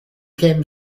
came